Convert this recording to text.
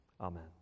Amen